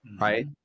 Right